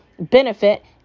benefit